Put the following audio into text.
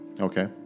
Okay